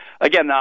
again